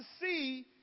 see